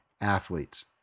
athletes